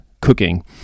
cooking